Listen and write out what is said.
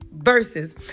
Verses